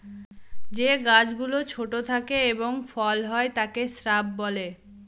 যে গাছ গুলো ছোট থাকে এবং ফল হয় তাকে শ্রাব বলে